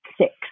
six